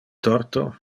torto